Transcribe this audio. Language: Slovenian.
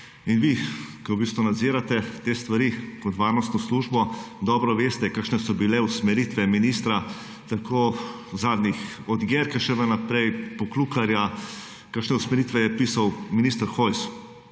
in vi ki v bistvu nadzirate te stvari kot varnostno službo dobro veste kakšne so bile usmeritve ministra tako od zadnji od Gerkeševe naprej, Poklukarja, kakšne usmeritve je pisal minister Hojs.